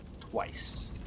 twice